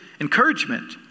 encouragement